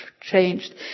changed